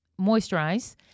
Moisturize